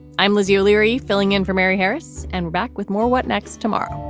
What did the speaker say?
i'm lizzie o'leary, filling in for mary harris. and back with more what next tomorrow?